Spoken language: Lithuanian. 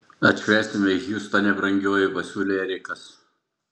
atšvęsime hjustone brangioji pasiūlė erikas